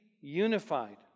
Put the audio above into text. unified